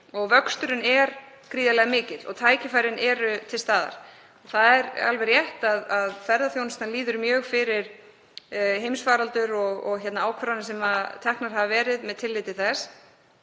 vöxturinn er gríðarlega mikill og tækifærin eru til staðar. Það er alveg rétt að ferðaþjónustan líður mjög fyrir heimsfaraldur og ákvarðanir sem teknar hafa verið með tilliti til þess.